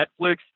Netflix